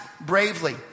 bravely